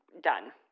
done